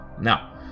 Now